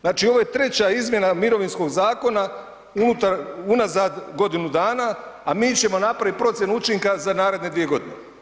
Znači ovo je treća izmjena mirovinskog zakona unazad godinu dana a mi ćemo napraviti procjenu učinka za naredne dvije godine.